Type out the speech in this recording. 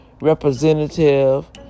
Representative